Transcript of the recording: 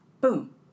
Boom